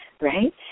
right